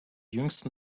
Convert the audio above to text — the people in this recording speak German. jüngsten